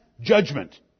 judgment